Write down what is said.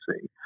see